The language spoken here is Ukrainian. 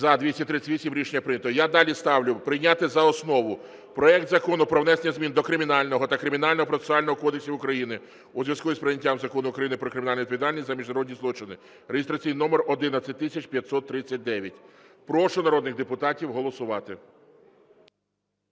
За-238 Рішення прийнято. Я далі ставлю прийняти за основу проект Закону про внесення змін до Кримінального та Кримінального процесуального кодексів України у зв’язку із прийняттям Закону України "Про кримінальну відповідальність за міжнародні злочини" (реєстраційний номер 11539). Прошу народних депутатів голосувати.